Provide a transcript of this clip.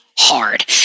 Hard